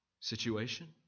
situation